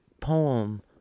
poem